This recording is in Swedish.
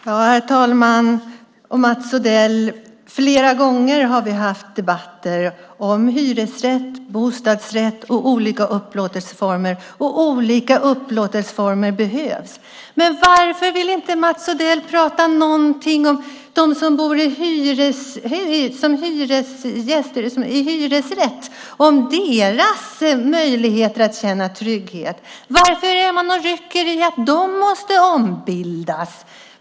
Herr talman! Flera gånger har jag och Mats Odell debatterat hyresrätt, bostadsrätt och olika upplåtelseformer. Olika upplåtelseformer behövs. Varför vill inte Mats Odell tala om dem som bor i hyresrätt och deras möjlighet att känna trygghet? Varför är man och rycker i att de måste ombilda?